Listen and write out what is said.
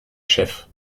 chef